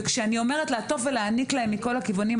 וכשאני אומרת לעטוף ולהעניק להם מכל הכיוונים,